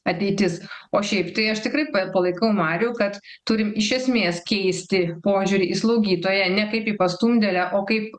ateitis o šiaip tai aš tikrai palaikau marių kad turim iš esmės keisti požiūrį į slaugytoją ne kaip į pastumdėlę o kaip